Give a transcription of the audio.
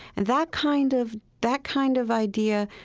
and that kind of that kind of idea,